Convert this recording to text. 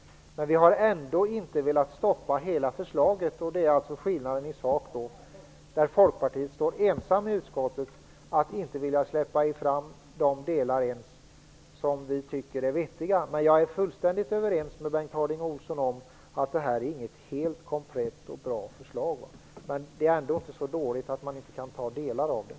Men vi har ändå inte velat stoppa hela förslaget, och där ligger skillnaden i sak. Folkpartiet står ensamt i utskottet om att inte ens vilja släppa fram de delar som vi tycker är viktiga. Jag är alltså helt överens med Bengt Harding Olson om att detta inte är något komplett och bra förslag. Men det är ändå inte så dåligt att man inte kan ta delar av det.